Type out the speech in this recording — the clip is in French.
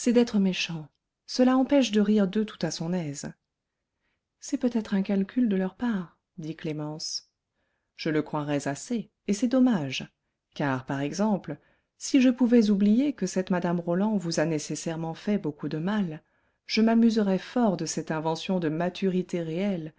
d'être méchants cela empêche de rire d'eux tout à son aise c'est peut-être un calcul de leur part dit clémence je le croirais assez et c'est dommage car par exemple si je pouvais oublier que cette mme roland vous a nécessairement fait beaucoup de mal je m'amuserais fort de cette invention de maturité réelle